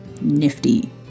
nifty